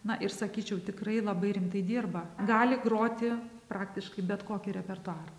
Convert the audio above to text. na ir sakyčiau tikrai labai rimtai dirba gali groti praktiškai bet kokį repertuarą